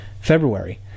February